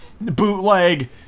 bootleg